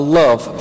love